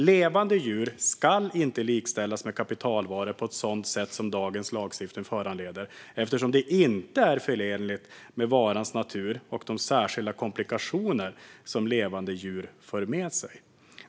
Levande djur ska inte likställas med kapitalvaror på ett sådant sätt som dagens lagstiftning föranleder, eftersom det inte är förenligt med varans natur och de särskilda komplikationer som levande djur för med sig.